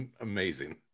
amazing